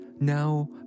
Now